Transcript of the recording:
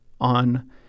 on